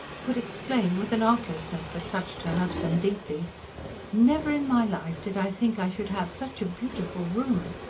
could exclaim, with an artlessness that touched her husband deeply never in my life did i think i should have such a beautiful room!